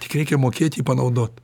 tik reikia mokėt jį panaudot